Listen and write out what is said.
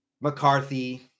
McCarthy